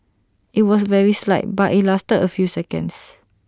IT was very slight but IT lasted A few seconds